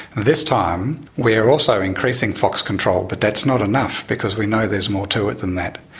this time we are also increasing fox control but that's not enough because we know there's more to it than that.